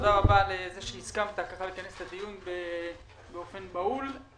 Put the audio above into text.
תודה רבה על כך שהסכמת לכנס את הדיון באופן בהול.